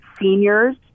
seniors